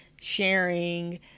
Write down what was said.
sharing